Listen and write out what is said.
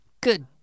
Good